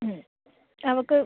മ്മ് അവൾക്ക്